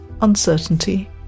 uncertainty